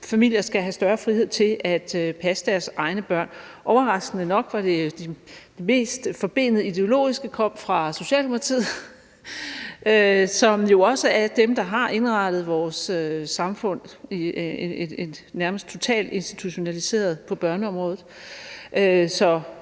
familier skal have større frihed til at passe deres egne børn. Overraskende nok var det de mest forbenede ideologiske holdninger, der kom fra Socialdemokratiet, som jo også er dem, der har indrettet vores samfund nærmest totalt institutionaliseret på børneområdet.